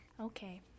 Okay